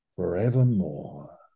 Forevermore